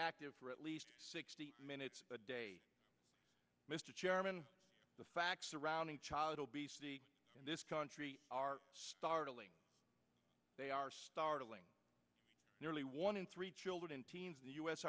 active for at least sixty minutes a day mr chairman the facts surrounding child obesity in this country are startling they are startling nearly one in three children and teens in the u